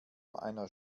einer